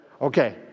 Okay